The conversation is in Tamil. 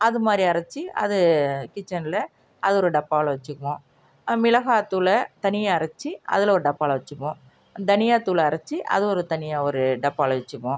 அது மாதிரி அரச்சு அது கிச்சனில் அது ஒரு டப்பாவில் வச்சுக்குவோம் மிளகாத்தூளை தனியாக அரைச்சி அதில் ஒரு டப்பாவில் வச்சுக்குவோம் தனியாத்தூள் அரச்சு அதை ஒரு தனியாக ஒரு டப்பாவில் வச்சுக்குவோம்